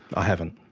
i haven't,